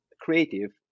creative